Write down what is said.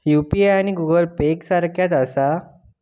UPI आणि Google Pay एक सारख्याच आसा?